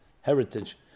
heritage